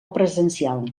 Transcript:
presencial